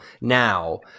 now